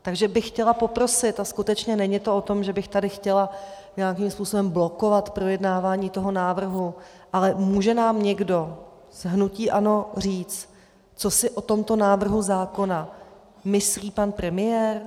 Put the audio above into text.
Takže bych chtěla poprosit, a skutečně to není o tom, že bych tady chtěla nějakým způsobem blokovat projednávání toho návrhu ale může nám někdo z hnutí ANO říct, co si o tomto návrhu zákona myslí pan premiér?